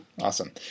Awesome